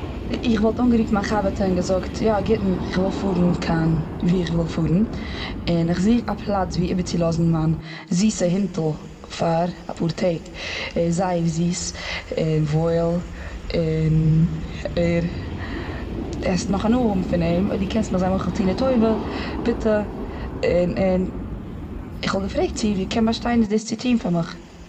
איך וואלט אנגערופן מיין חבר'טע און געזאגט: יא, א גוטן, כ'וויל פארן קיין, ווי איך וויל פארן. און איך זיך א פלאץ ווי איבערצולאזן מיין זיסע הינטל פאר אפאר טעג. ער איז זייער זיס, און וואויל. און, ער, וועסט נאך הנאה האבן פון אים. אויב דו קענסט מיך זיי מוחל טון די טובה? ביטע. און און כ'וואלט געפרעגט צו ער קען באשטיין דאס צו טון פאר מיך.